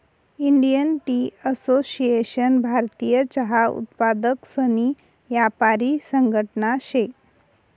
Indian tea association भारतीय चहा उत्पादकसनी यापारी संघटना शे